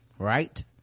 Right